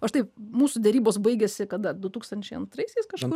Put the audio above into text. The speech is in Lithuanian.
o štai mūsų derybos baigėsi kada du tūkstančiai antraisiais kažkur